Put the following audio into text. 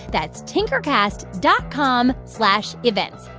that's tinkercast dot com slash events.